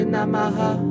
Namaha